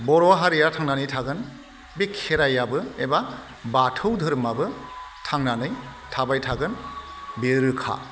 बर' हारिया थांनानै थागोन बे खेरायाबो एबा बाथौ धोरोमाबो थांनानै थाबाय थागोन बेयो रोखा